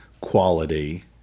quality